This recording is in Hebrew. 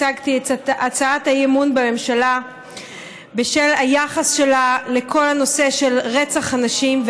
הצגתי את הצעת האי-אמון בממשלה בשל היחס שלה לכל הנושא של רצח הנשים,